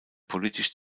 politisch